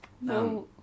No